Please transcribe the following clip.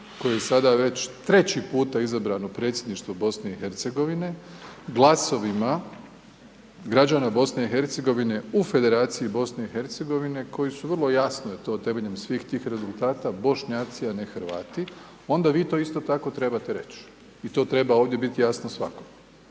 koji je sada već 3. puta izabran u Predsjedništvo BiH-a, glasovima građana BiH-a u Federaciji BiH-a koji su vrlo jasno i to temeljem svih tih rezultata, Bošnjaci a ne Hrvati, onda vi to isto tako trebate reć. I to treba ovdje biti jasno svakom.